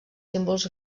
símbols